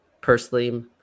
personally